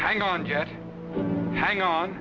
hang on hang on